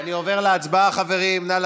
על הצעת חוק הפיקוח על יצוא ביטחוני (תיקון,